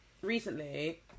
recently